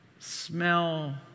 Smell